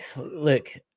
look